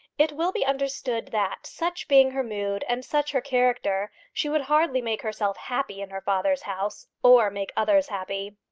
it will be understood that, such being her mood and such her character, she would hardly make herself happy in her father's house or make others happy.